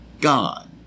God